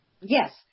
Yes